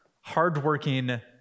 hardworking